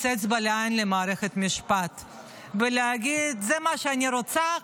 אצבע לעין למערכת המשפט ולהגיד: זה מה שאני רוצה,